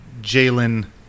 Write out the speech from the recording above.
Jalen